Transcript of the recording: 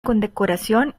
condecoración